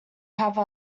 have